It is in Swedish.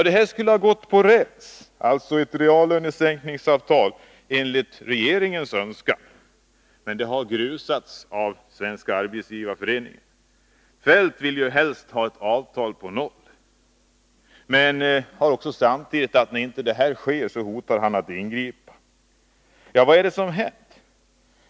Det här skulle ha gått som på räls — alltså ett reallönesänkningsavtal enligt regeringens önskan — men de planerna har grusats av SAF. Finansminister Feldt ville ju helst ha ett avtal på noll, och om inte så sker hotar han med att ingripa. Vad är det då som har hänt?